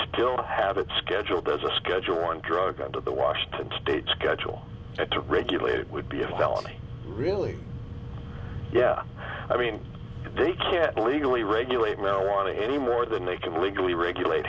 still have it scheduled as a schedule one drug under the washed state schedule to regulate would be a felony really yeah i mean they can't legally regulate marijuana any more than they can legally regulate